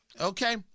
okay